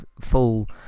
full